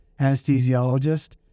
anesthesiologist